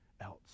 else